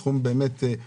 בסכום מזערי.